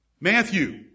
Matthew